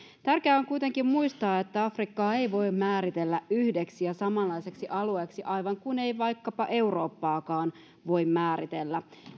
tärkeää on kuitenkin muistaa että afrikkaa ei voi määritellä yhdeksi ja samanlaiseksi alueeksi aivan kuten ei vaikkapa eurooppaakaan voi määritellä